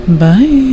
Bye